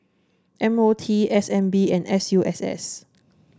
M O T S N B and S U S S